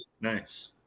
Nice